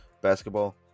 basketball